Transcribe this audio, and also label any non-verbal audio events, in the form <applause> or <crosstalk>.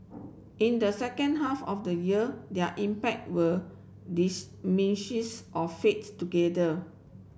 in the second half of the year their impact will <unintelligible> or fades together